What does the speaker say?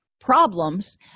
problems